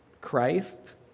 Christ